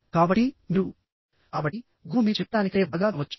కాబట్టి మీరు కాబట్టి గురువు మీకు చెప్పేదానికంటే బాగా వినవచ్చు